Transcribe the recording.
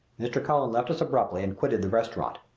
mr. cullen left us abruptly and quitted the restaurant.